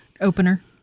opener